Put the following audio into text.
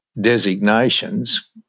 designations